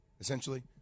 essentially